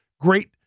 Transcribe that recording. Great